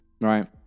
Right